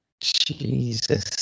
Jesus